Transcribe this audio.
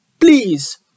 please